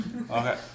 Okay